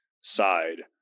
side